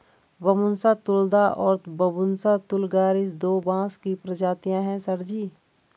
Bambusa tulda और Bambusa vulgaris दो बांस की प्रजातियां हैं सर जी